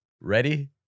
Ready